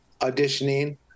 auditioning